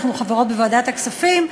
אנחנו חברות בוועדת הכספים,